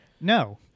No